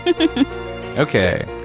Okay